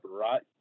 right